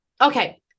Okay